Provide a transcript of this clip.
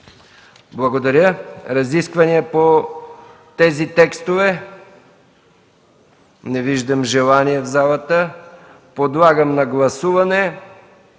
Благодаря. Разисквания по тези текстове? Не виждам желание в залата. Подлагам на гласуване